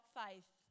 faith